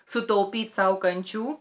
sutaupyt sau kančių